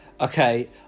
Okay